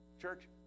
Church